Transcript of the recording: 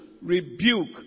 rebuke